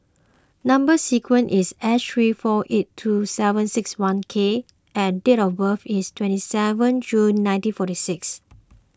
Number Sequence is S three four eight two seven six one K and date of birth is twenty seventh June nineteen forty six